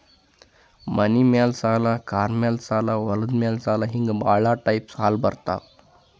ಮನಿ ಮ್ಯಾಲ ಸಾಲ, ಕಾರ್ ಮ್ಯಾಲ ಸಾಲ, ಹೊಲದ ಮ್ಯಾಲ ಸಾಲ ಹಿಂಗೆ ಭಾಳ ಟೈಪ್ ಸಾಲ ಬರ್ತಾವ್